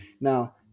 Now